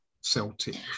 Celtic